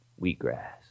Wheatgrass